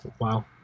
Wow